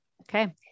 Okay